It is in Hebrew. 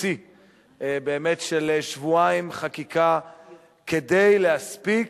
שיא באמת של שבועיים חקיקה כדי להספיק